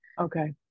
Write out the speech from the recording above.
Okay